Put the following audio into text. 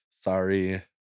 Sorry